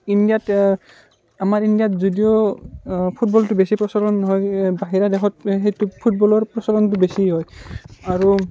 ইণ্ডিয়াত আমাৰ ইণ্ডিয়াত যদিও ফুটবলটো বেছি প্ৰচলন নহয় বাহিৰা দেশত এই সেইটো ফুটবলৰ প্ৰচলনটো বেছি হয় আৰু